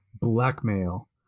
Blackmail